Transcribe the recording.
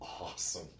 awesome